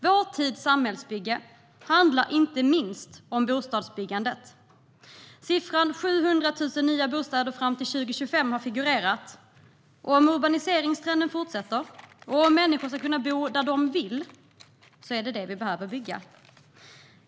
Vår tids samhällsbygge handlar inte minst om bostadsbyggandet. Siffran 700 000 nya bostäder fram till 2025 har figurerat, och om urbaniseringstrenden fortsätter och om människor ska kunna bo där de vill är det vad vi behöver bygga.